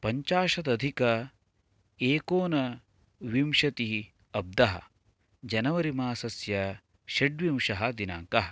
पञ्चाशतधिक एकोनविंशतिः अब्धः जनवरी मासस्य षड्विंशः दिनाङ्कः